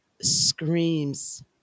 screams